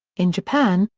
in japan,